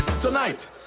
Tonight